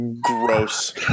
Gross